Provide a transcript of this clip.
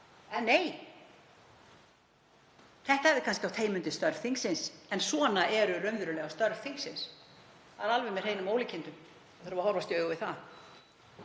En nei. Þetta hefði kannski átt heima undir störfum þingsins, en svona eru raunverulega störf þingsins. Það er alveg með hreinum ólíkindum að þurfa að horfast í augu við það.